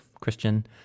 Christian